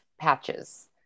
patches